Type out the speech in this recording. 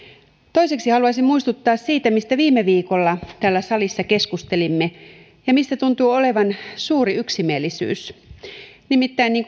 toiseksi haluaisin muistuttaa siitä mistä viime viikolla täällä salissa keskustelimme ja mistä tuntuu olevan suuri yksimielisyys nimittäin niin